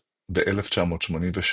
ב-1986,